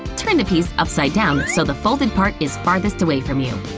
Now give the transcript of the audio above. turn the piece upside-down so the folded part is farthest away from you.